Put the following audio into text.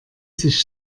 sich